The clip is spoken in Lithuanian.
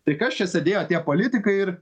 tai kas čia sėdėjo tie politikai ir